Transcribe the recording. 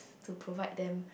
to provide them